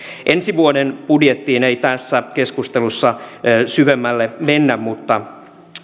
ensi vuoden budjettiin ei tässä keskustelussa syvemmälle mennä mutta